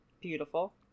beautiful